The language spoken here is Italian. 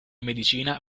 medicina